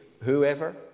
whoever